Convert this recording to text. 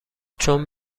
چون